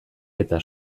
eta